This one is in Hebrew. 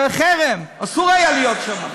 חרם, אסור היה להיות שם.